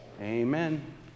Amen